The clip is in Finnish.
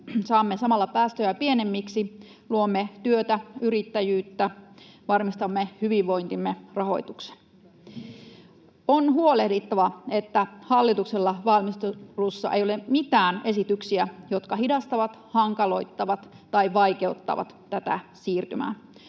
saamme samalla päästöjä pienemmiksi, luomme työtä ja yrittäjyyttä, varmistamme hyvinvointimme rahoituksen. On huolehdittava, että hallituksella valmistelussa ei ole mitään esityksiä, jotka hidastavat, hankaloittavat tai vaikeuttavat tätä siirtymää.